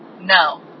No